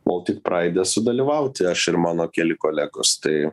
boltik praide sudalyvauti aš ir mano keli kolegos tai